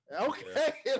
okay